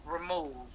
remove